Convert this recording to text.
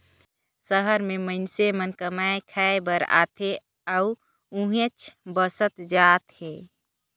सहर में मईनसे मन कमाए खाये बर आथे अउ उहींच बसत जात हें